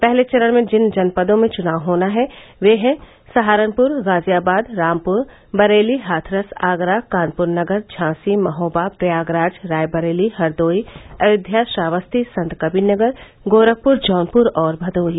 पहले चरण में जिन जनपदों में चुनाव होना है वे है सहारनपुर गाजियाबाद रामपुर बरेली हाथरस आगरा कानपुर नगर झांसी महोबा प्रयागराज रायबरेली हरदोई अयोध्या श्रावस्ती संतकबीरनगर गोरखपुर जौनपुर और भदोही